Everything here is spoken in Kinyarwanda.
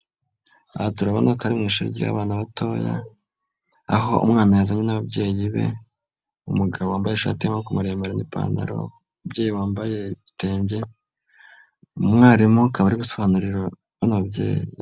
Aha turabona ko ari mu ishuri ry'abana batoya, aho umwana yazanye n'ababyeyi be, umugabo wambaye ishati y'amaku maremare n'ipantaro, umubyeyi wambaye ibitenge, umwarimu akaba ari gusobanu umubyeyi.